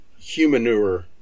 Humanure